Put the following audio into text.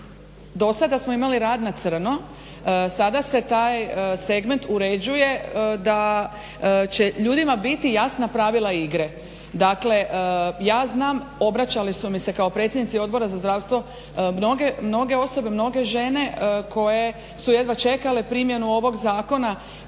dosada smo imali rad na crno, sada se taj segment uređuje da će ljudima biti jasna pravila igre, dakle ja znam obraćali su mi se kao predsjednici Odbora za zdravstvo mnoge osobe, mnoge žene koje su jedva čekale primjenu ovog zakona